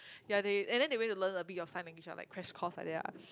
ya they and then they went to learn a bit of sign language ah like crash course like that ah